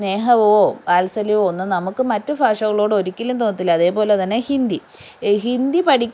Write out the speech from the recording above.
സ്നേഹമോ വാത്സല്യമോ ഒന്നും നമുക്ക് മറ്റ് ഭാഷകളോട് ഒരിക്കലും തോന്നത്തില്ല അതേപോലെത്തന്നെ ഹിന്ദി ഹിന്ദി പഠിക്കുന്ന